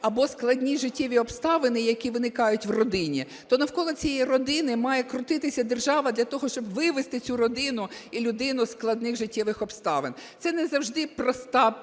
або складні життєві обставини, які виникають в родині, то навколо цієї родини має крутитися держава для того, що вивести цю родину і людину із складних життєвих обставин. Це не завжди проста якась